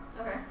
Okay